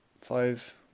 five